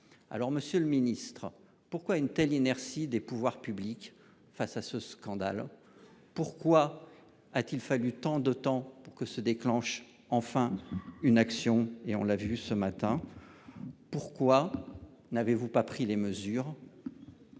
Alors Monsieur le Ministre. Pourquoi une telle inertie des pouvoirs publics face à ce scandale. Pourquoi a-t-il fallu tant de temps pour que se déclenchent enfin une action et on l'a vu ce matin. Pourquoi. N'avez-vous pas pris les mesures.